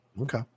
Okay